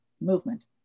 movement